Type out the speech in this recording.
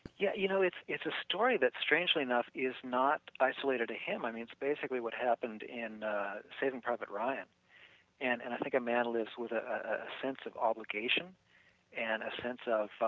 yeah you know it's it's a story that's strangely enough is not isolated to him. i mean it's basically what happened in saving private ryan and and i think a man lives with a sense of obligation and ah of ah like but